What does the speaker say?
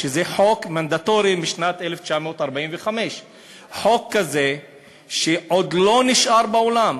שזה חוק מנדטורי משנת 1945. חוק כזה שכבר לא נשאר בעולם,